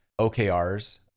OKRs